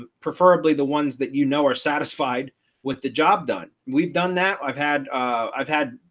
ah preferably the ones that you know are satisfied with the job done. we've done that i've had i've had